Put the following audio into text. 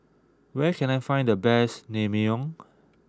where can I find the best Naengmyeon